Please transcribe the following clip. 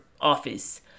office